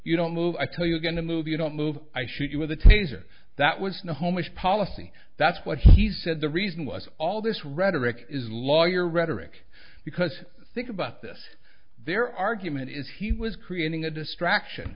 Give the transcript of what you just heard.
you don't move i tell you are going to move you don't move i shoot you with a taser that was in the home as policy that's what he said the reason was all this rhetoric is lawyer rhetoric because think about this their argument is he was creating a distraction